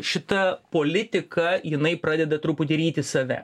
šita politika jinai pradeda truputį ryti save